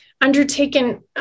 undertaken